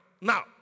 Now